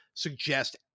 suggest